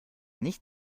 nicht